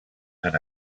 han